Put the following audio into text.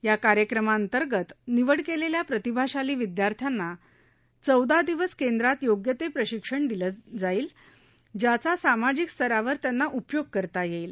या कार्यक्रमाअंतर्गत निवड केलेल्या प्रतिभाशाली विद्यार्थ्यांना चौदा दिवस केंद्रात योग्य ते प्रशिक्षण दिलं जाईल ज्याचा सामाजिक स्तरावर त्यांना उपयोग करता येईल